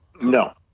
No